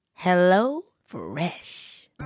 HelloFresh